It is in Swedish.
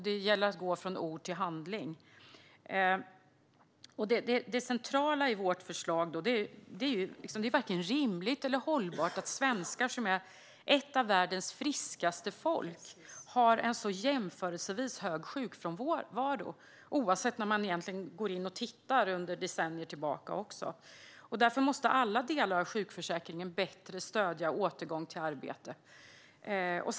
Det gäller att gå från ord till handling. Det centrala i vårt förslag är att det inte är rimligt eller hållbart att svenskar - ett av världens friskaste folk - har sådan jämförelsevis hög sjukfrånvaro, oavsett när man går in och tittar, även decennier tillbaka. Därför måste alla delar av sjukförsäkringen stödja en återgång i arbete på ett bättre sätt.